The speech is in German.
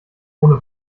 ohne